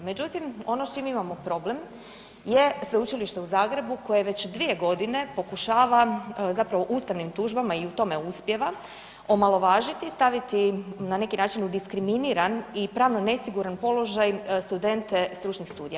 Međutim ono s čim imamo problem je Sveučilište u Zagrebu koje već 2 g. pokušava zapravo ustavnim tužbama i u tome uspijeva, omalovažiti, staviti na neki način diskriminiran i pravno nesiguran položaj studente stručnih studija.